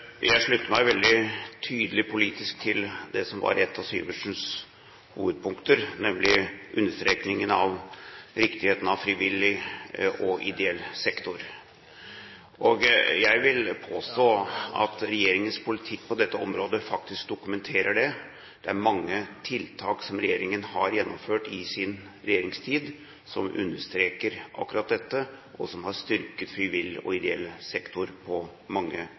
Jeg slutter meg veldig tydelig politisk til det som var et av Syversens hovedpunkter, nemlig understrekningen av viktigheten av frivillig og ideell sektor, og jeg vil påstå at regjeringens politikk på dette området faktisk dokumenterer det. Det er mange tiltak som regjeringen har gjennomført i sin regjeringstid, som understreker akkurat dette, og som har styrket frivillig og ideell sektor på mange